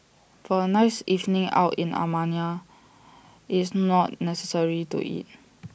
for A nice evening out in Armenia IT is not necessary to eat